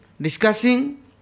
discussing